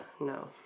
No